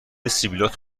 سبیلات